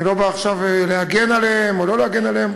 אני לא בא עכשיו להגן עליהם או לא להגן עליהם,